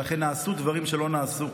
שאכן נעשו דברים שלא נעשו,